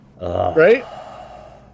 Right